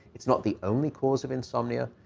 it's not the only cause of insomnia,